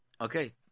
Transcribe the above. okay